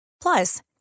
Plus